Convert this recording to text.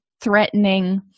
threatening